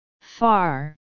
far